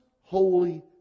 holy